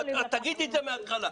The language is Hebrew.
תגידי את זה מהתחלה.